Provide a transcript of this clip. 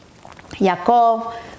Yaakov